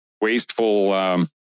wasteful